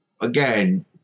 again